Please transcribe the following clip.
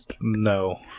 No